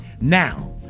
Now